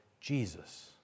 Jesus